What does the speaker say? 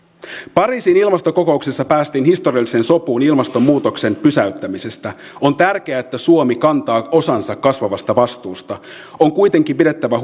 pariisin ilmastokokouksessa päästiin historialliseen sopuun ilmastonmuutoksen pysäyttämisessä on tärkeää että suomi kantaa osansa kasvavasta vastuusta on kuitenkin pidettävä